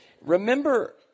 Remember